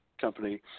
company